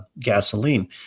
gasoline